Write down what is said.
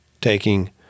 taking